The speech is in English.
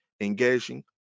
engaging